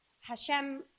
Hashem